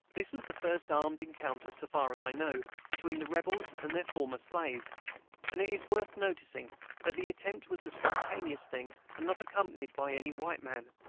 this was the first armed encounter, so far as i know, between the rebels and their former slaves and it is worth noticing that the attempt was a spontaneous thing and not accompanied by any white man.